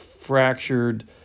fractured